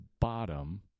bottom